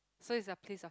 so is a place